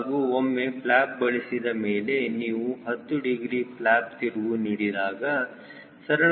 ಹಾಗೂ ಒಮ್ಮೆ ಫ್ಲ್ಯಾಪ್ ಬಳಿಸಿದ ಮೇಲೆ ನೀವು 10 ಡಿಗ್ರಿ ಫ್ಲ್ಯಾಪ್ ತಿರುವು ನೀಡಿದಾಗ ಸರಳವಾಗಿ 1